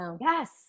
Yes